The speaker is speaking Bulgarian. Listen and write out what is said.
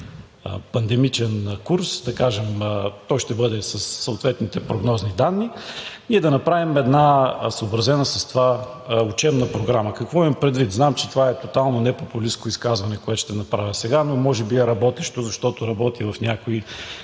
пандемичен курс, да кажем, той ще бъде със съответните прогнозни данни, и да направим една съобразена с това учебна програма? Какво имам предвид? Знам, че това е тотално непопулистко изказване, което ще направя сега, но може би е работещо, защото работи в някои